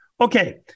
Okay